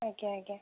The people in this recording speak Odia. ଆଜ୍ଞା ଆଜ୍ଞା